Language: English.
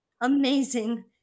Amazing